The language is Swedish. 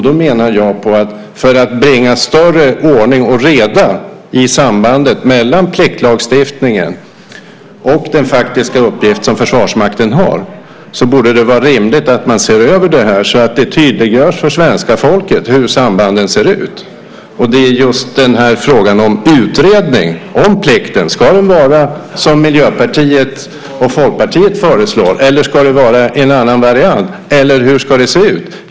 Då menar jag att det för att bringa mer ordning och reda i fråga om sambandet mellan pliktlagstiftningen och den faktiska uppgift som Försvarsmakten har borde vara rimligt att se över detta. Det gäller att tydliggöra för svenska folket hur sambanden ser ut. Frågan om en utredning och plikten är just: Ska det vara som Miljöpartiet och Folkpartiet föreslår, eller ska det vara en annan variant? Eller hur ska det se ut?